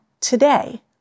today